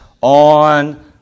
on